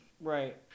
Right